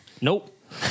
Nope